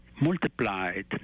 multiplied